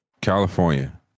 California